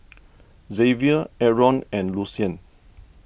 Xavier Aron and Lucien